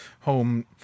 home